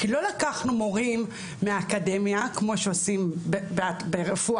כי לא לקחנו מורים מהאקדמיה, כמו שעושים ברפואה.